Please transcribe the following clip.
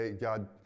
God